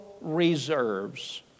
Reserves